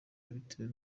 yabitewe